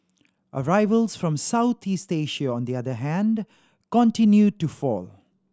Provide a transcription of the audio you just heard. arrivals from Southeast Asia on the other hand continued to fall